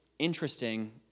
Interesting